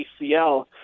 ACL